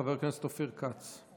חבר הכנסת אופיר כץ.